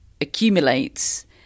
accumulates